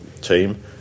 team